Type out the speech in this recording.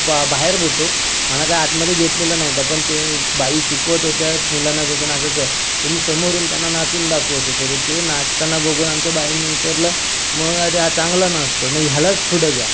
बा बाहेर होतो मला काय आतमध्ये घेतलेलं नव्हतं पण ते बाई शिकवत होत्या मुलांना जसं नाचायचं ते मी समोरून त्यांना नाचून दाखवत होतो तर ते नाचताना बघून आमच्या बाईंनी विचारलं मग अरे हा चांगला नाचतो मग ह्यालाच पुढं घ्या